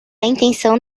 intención